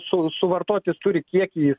su suvartot jis turi kiekį